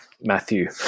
Matthew